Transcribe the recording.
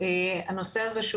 הנושא הזה,